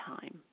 time